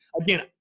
Again